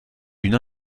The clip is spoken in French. une